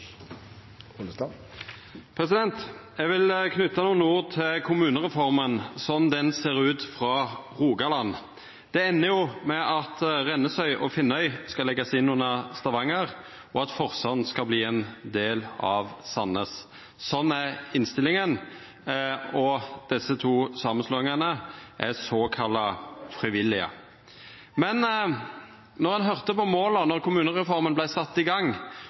langt. Eg vil knyta nokre ord til kommunereforma, slik ho ser ut frå Rogaland. Det endar jo med at Rennesøy og Finnøy skal leggjast inn under Stavanger, og at Forsand skal verta ein del av Sandnes. Sånn er innstillinga, og desse to samanslåingane er såkalla frivillige. Men om ein høyrde kva måla var då kommunereforma vart sett i gang,